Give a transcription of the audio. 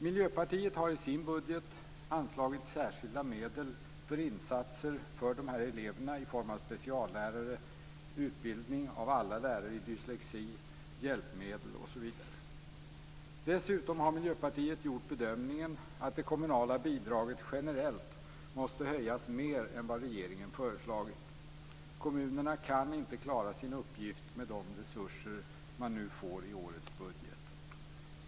Miljöpartiet har i sin budget anslagit särskilda medel för insatser för dessa elever i form av speciallärare, utbildning av alla lärare i dyslexi, hjälpmedel osv. Dessutom har Miljöpartiet gjort bedömningen att det kommunala bidraget generellt måste höjas mer än vad regeringen har föreslagit. Kommunerna kan inte klara sin uppgift med de resurser som de får i årets budget.